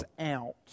out